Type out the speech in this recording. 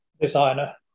designer